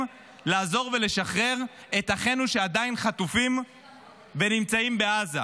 לעזור ולשחרר את אחינו שעדיין חטופים ונמצאים בעזה.